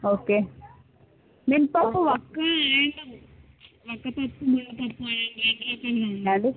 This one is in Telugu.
ఓకే నేను పప్పు అక్కి ఏంటది ఒక పప్పు మినప్పప్పు